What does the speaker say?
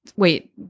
Wait